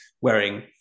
wearing